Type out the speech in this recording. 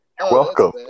Welcome